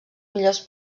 millors